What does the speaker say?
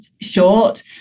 short